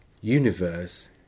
universe